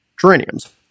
geraniums